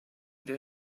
they